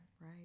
Right